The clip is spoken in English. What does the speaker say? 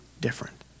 different